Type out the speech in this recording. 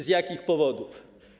Z jakich powodów?